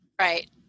right